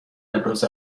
ابراز